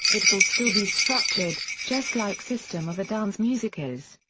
it will still be structured, just like system of a down's music is.